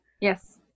Yes